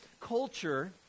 culture